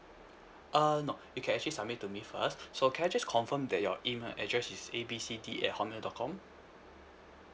uh no you can actually submit to me first so can I just confirm that your email address is A B C D at hotmail dot com